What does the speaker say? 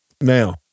Now